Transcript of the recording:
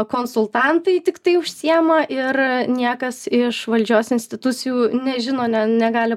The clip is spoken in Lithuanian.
konsultantai tiktai užsijema ir niekas iš valdžios institucijų nežino ne negali